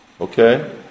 Okay